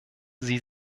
sie